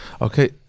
Okay